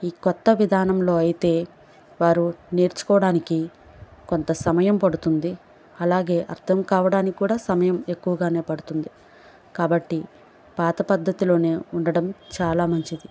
ఈ కొత్త విధానంలో అయితే వారు నేర్చుకోవడానికి కొంత సమయం పడుతుంది అలాగే అర్థం కావడానికి కూడా సమయం ఎక్కువగానే పడుతుంది కాబట్టి పాత పద్ధతిలోనే ఉండడం చాలా మంచిది